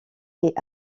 est